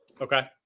Okay